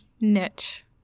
niche